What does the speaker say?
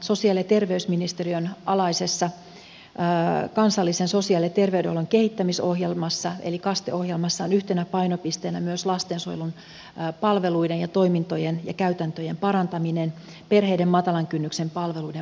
sosiaali ja terveysministeriön alaisessa kansallisessa sosiaali ja terveydenhuollon kehittämisohjelmassa eli kaste ohjelmassa on yhtenä painopisteenä myös lastensuojelun palveluiden toimintojen ja käytäntöjen parantaminen perheiden matalan kynnyksen palveluiden vahvistaminen